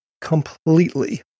completely